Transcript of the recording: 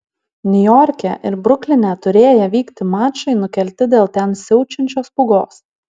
niujorke ir brukline turėję vykti mačai nukelti dėl ten siaučiančios pūgos